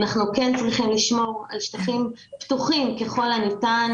אנחנו כן צריכים לשמור על שטחים פתוחים ככל הניתן